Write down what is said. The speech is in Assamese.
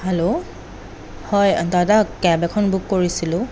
হেল্লো হয় দাদা কেব এখন বুক কৰিছিলোঁ